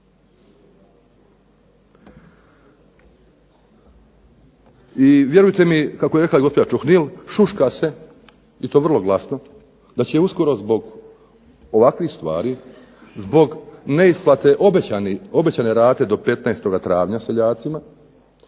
I vjerujte mi kako je rekla gospođa Čuhnil šuška se i to vrlo glasno da će uskoro zbog ovakvih stvari, zbog neisplate obećane rate do 15. travnja seljacima,